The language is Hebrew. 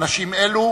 אנשים אלו